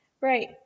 Right